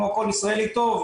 כמו כל ישראלי טוב,